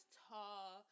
tall